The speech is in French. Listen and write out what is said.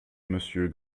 monsieur